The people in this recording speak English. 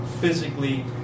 physically